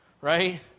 right